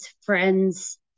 friends